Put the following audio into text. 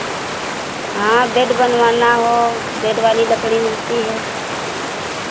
हाँ बेड बनवाना हो बेड वाली लकड़ी मिलती है